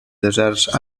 deserts